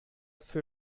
für